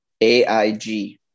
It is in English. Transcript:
AIG